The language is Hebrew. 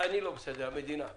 המדינה לא בסדר אז